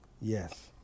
yes